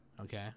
okay